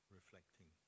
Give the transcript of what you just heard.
reflecting